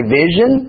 vision